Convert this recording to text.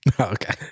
okay